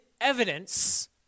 evidence